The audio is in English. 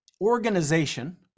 organization